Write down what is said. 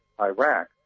Iraq